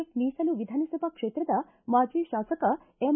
F ಮೀಸಲು ವಿಧಾನಸಭಾ ಕ್ಷೇತ್ರದ ಮಾಜಿ ಶಾಸಕ ಎಂ